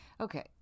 okay